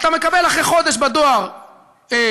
אתה מקבל אחרי חודש בדואר פתק,